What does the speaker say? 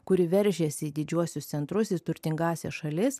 kuri veržiasi į didžiuosius centrus ir turtingąsias šalis